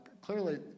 Clearly